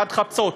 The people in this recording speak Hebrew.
עד חצות.